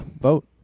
vote